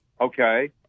Okay